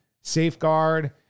safeguard